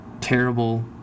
terrible